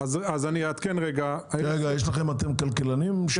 אתם כלכלנים?